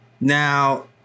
Now